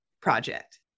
Project